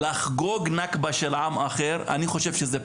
לחגוג נכבה של עם אחר, אני חושב שזה פשע.